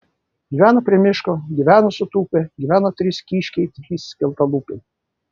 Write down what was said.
gyveno prie miško gyveno sutūpę gyveno trys kiškiai trys skeltalūpiai